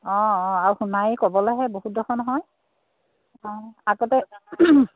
অঁ অঁ আৰু সোণাৰি ক'বলৈহে বহুত ডোখৰ নহয় অঁ আগতে